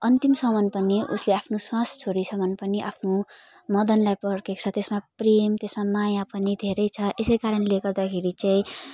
अन्तिमसम्म पनि उसले आफ्नो श्वास छोडेसम्म पनि आफ्नो मदनलाई पर्खेको छ त्यसमा प्रेम त्यसमा माया पनि धेरै छ यस कारणले गर्दाखेरि चाहिँ